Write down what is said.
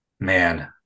Man